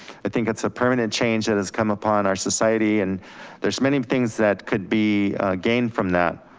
i think that's a permanent change that has come upon our society. and there's many things that could be gained from that.